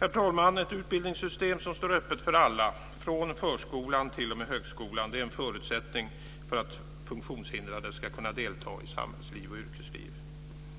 Herr talman! Ett utbildningssystem som står öppet för alla från förskolan t.o.m. högskolan är en förutsättning för att funktionshindrade ska kunna delta i samhällsliv och yrkesliv.